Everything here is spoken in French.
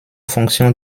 fonction